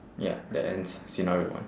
ya that ends scenario one